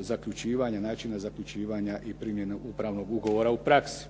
zaključivanja, načina zaključivanja i primjenu upravnog ugovora u praksi.